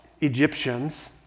Egyptians